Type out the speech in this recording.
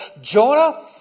Jonah